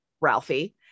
Ralphie